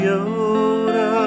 Yoda